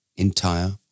entire